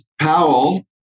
Powell